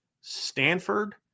Stanford